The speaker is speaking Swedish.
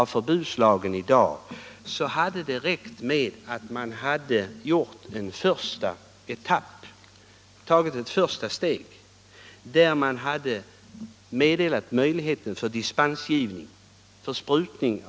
Vi tycker att det hade räckt med att i dag ta ett första steg i stället för att helt upphäva förbudslagen.